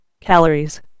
Calories